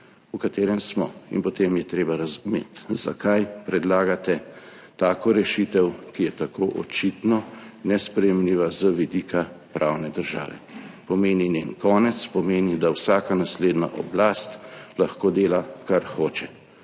v katerem smo. In potem je treba razumeti, zakaj predlagate tako rešitev, ki je tako očitno nesprejemljiva z vidika pravne države, pomeni njen konec, pomeni, da vsaka naslednja oblast lahko dela, kar hoče.